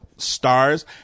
stars